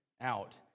out